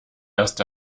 erst